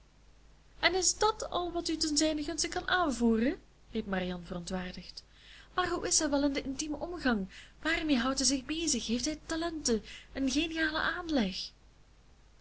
en is dat al wat u te zijnen gunste kan aanvoeren riep marianne verontwaardigd maar hoe is hij wel in den intiemen omgang waarmee houdt hij zich bezig heeft hij talenten een genialen aanleg